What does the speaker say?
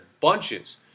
Bunches